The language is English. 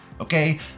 Okay